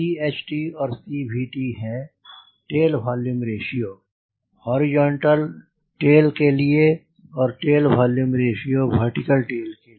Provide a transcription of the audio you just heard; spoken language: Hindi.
CHT और CVT हैं tail volume ratio horizontal tail के लिए और tail volume ratio vertical tail के लिए